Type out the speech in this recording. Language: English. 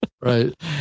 Right